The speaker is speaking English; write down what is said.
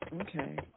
Okay